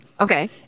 Okay